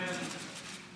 מתחייב אני